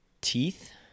Teeth